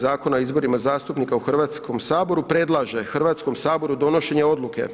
Zakona o izborima zastupnika u Hrvatskom saboru predlaže Hrvatskom saboru donošenje odluke: